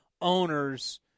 owners